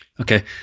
Okay